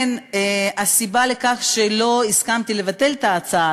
הסיבה לכך שלא הסכמתי לבטל את ההצעה,